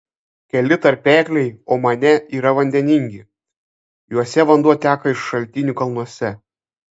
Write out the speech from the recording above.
keli tarpekliai omane yra vandeningi juose vanduo teka iš šaltinų kalnuose